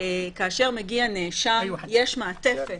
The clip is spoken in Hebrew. כאשר מגיע נאשם יש מעטפת,